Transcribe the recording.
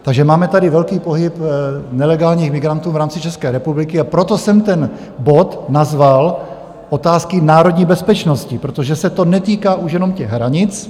Takže máme tady velký pohyb nelegálních migrantů v rámci České republiky, a proto jsem ten bod nazval Otázky národní bezpečnosti, protože se to netýká už jenom hranic.